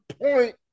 point